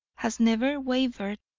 has never wavered,